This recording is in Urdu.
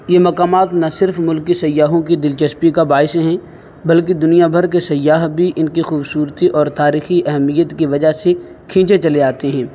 یہ مقامات نہ صرف ملکی سیاحوں کی دلچسپی کا باعث ہیں بلکہ دنیا بھر کے سیاح بھی ان کی خوبصورتی اور تاریخی اہمیت کی وجہ سے کھنچے چلے جاتے ہیں